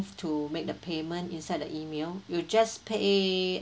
to make the payment inside the email you just pay